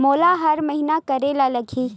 मोला हर महीना करे ल लगही?